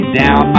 down